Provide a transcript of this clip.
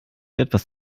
etwas